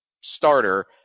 starter